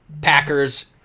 Packers